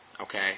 Okay